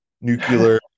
nuclear